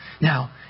Now